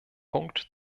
punkt